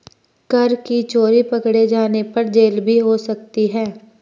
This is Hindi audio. कर की चोरी पकडे़ जाने पर जेल भी हो सकती है